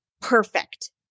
perfect